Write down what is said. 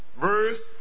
Verse